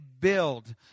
build